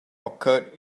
occurred